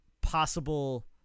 possible